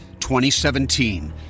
2017